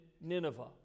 Nineveh